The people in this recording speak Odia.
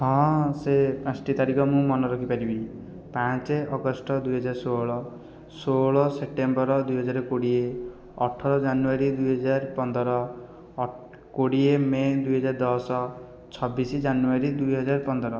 ହଁ ସେ ପାଞ୍ଚଟି ତାରିଖ ମୁଁ ମାନେ ରଖିପାରିବି ପାଞ୍ଚ ଅଗଷ୍ଟ ଦୁଇ ହଜାର ଷୋହଳ ଷୋହଳ ସେପ୍ଟେମ୍ବର ଦୁଇ ହଜାର କୋଡ଼ିଏ ଅଠର ଜାନୁୟାରୀ ଦୁଇ ହଜାର ପନ୍ଦର କୋଡ଼ିଏ ମେ' ଦୁଇ ହଜାର ଦଶ ଛବିଶ ଜାନୁୟାରୀ ଦୁଇ ହଜାର ପନ୍ଦର